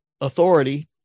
authority